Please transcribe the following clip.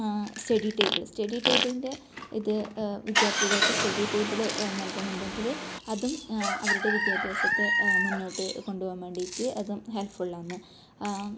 study table study ടേബിളിൻ്റെ ഇത് വിദ്യാർത്ഥികൾക്ക് സ്റ്റഡീ ടേബിള് നൽകുന്നുണ്ടെങ്കിൽ അതും അവരുടെ വിദ്യാഭ്യാസത്തെ മുന്നോട്ട് കൊണ്ടുപോവാൻ വേണ്ടീട്ട് അതും ഹെൽപ്ഫുള്ളാന്ന്